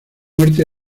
muerte